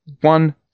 one